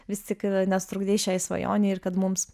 vis tik nesutrukdei šiai svajonei ir kad mums